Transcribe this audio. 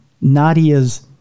Nadia's